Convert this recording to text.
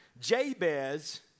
Jabez